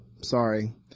sorry